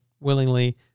willingly